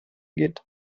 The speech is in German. geht